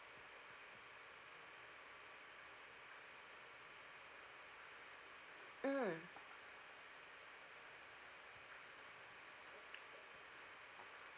mm